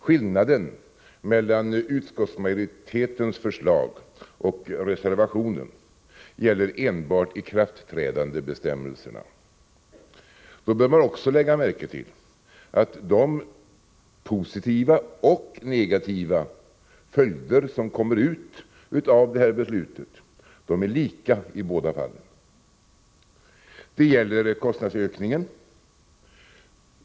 Skillnaden mellan utskottsmajoritetens förslag och reservationen gäller enbart ikraftträdandebestämmelserna. Man bör då också lägga märke till att de positiva och negativa följderna av riksdagens beslut är lika i båda fallen. Det gäller bl.a. beträffande kostnadsökningen.